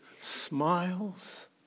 smiles